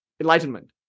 enlightenment